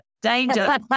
danger